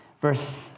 Verse